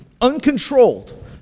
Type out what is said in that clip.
uncontrolled